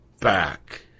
back